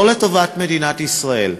לא לטובת מדינת ישראל,